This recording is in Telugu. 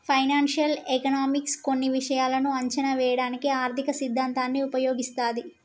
ఫైనాన్షియల్ ఎకనామిక్స్ కొన్ని విషయాలను అంచనా వేయడానికి ఆర్థిక సిద్ధాంతాన్ని ఉపయోగిస్తది